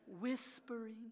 whispering